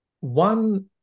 One